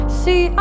see